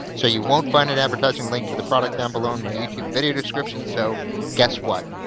so you won't find an advertising link to the product down below in my youtube video description, so guess what?